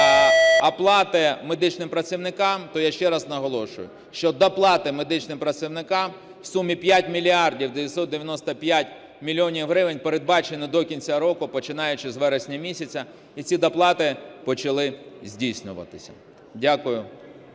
оплати медичним працівникам, то я ще раз наголошую, що доплати медичним працівникам в сумі 5 мільярдів 995 мільйонів гривень передбачено до кінця року, починаючи з вересня місяця, і ці доплати почали здійснюватися. Дякую.